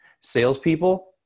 salespeople